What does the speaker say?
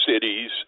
cities